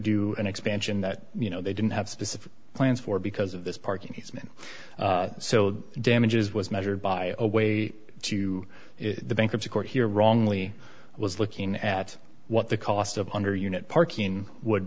do an expansion that you know they didn't have specific plans for because of this parking fees mean so damages was measured by a way to the bankruptcy court here wrongly was looking at what the cost of under unit parking would